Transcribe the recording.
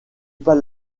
pas